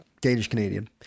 Danish-Canadian